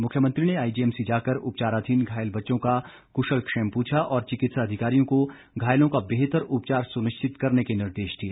मुख्यमंत्री ने आईजीएमसी जाकर उपचाराधीन घायल बच्चों का कुशमक्षेम पूछा और चिकित्सा अधिकारियों को घायलों का बेहतर उपचार सुनिश्चित करने के निर्देश दिए